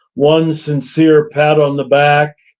one sincere pat on the back,